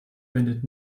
wendet